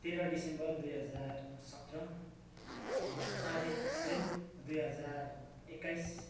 तेह्र दिसम्बर दुई हजार सत्र चार अप्रेल दुई हजार एक्काइस